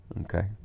Okay